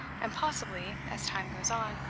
and possibly, as time goes on,